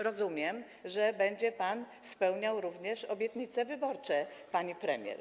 Rozumiem, że będzie pan spełniał również obietnice wyborcze pani premier.